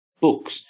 books